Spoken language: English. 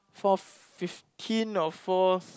four fifteen or four